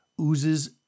oozes